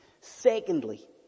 Secondly